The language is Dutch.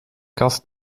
kast